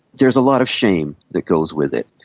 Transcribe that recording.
there's a lot of shame that goes with it.